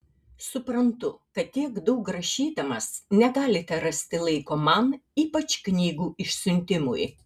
suprantu kad tiek daug rašydamas negalite rasti laiko man ypač knygų išsiuntimui